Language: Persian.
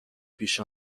پیش